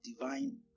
divine